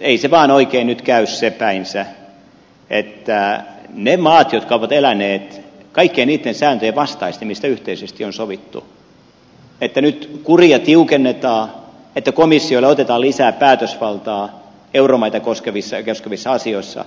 ei se vaan oikein nyt käy päinsä että niiden maiden takia jotka ovat eläneet kaikkien niitten sääntöjen vastaisesti mistä yhteisesti on sovittu nyt kuria tiukennetaan että komissiolle otetaan lisää päätösvaltaa euromaita koskevissa asioissa